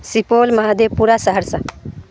Supaul Mahadevpura Saharsa